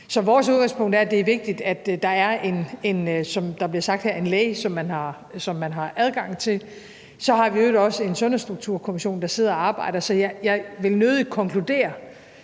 Så vores udgangspunkt er, at det er vigtigt, at der er, som der bliver sagt her, en læge, som man har adgang til. Så har vi i øvrigt også en Sundhedsstrukturkommission, der sidder og arbejder, så jeg vil nødig konkludere